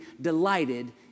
delighted